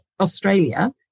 Australia